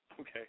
Okay